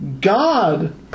God